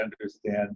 understand